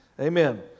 Amen